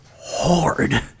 hard